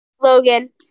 Logan